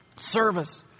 Service